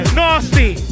nasty